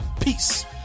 Peace